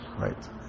Right